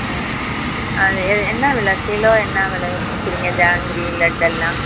ம் அது எ என்ன விலை கிலோ என்ன விலை விற்கிறீங்க ஜாங்கிரி லட்டெல்லாம்